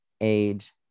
age